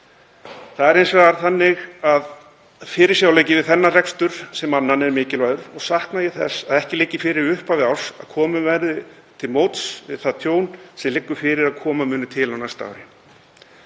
Það er hins vegar þannig að fyrirsjáanleikinn við þennan rekstur sem annan er mikilvægur og sakna ég þess að fyrir liggi í upphafi árs að komið verði til móts við það tjón sem liggur fyrir að koma mun til á næsta ári.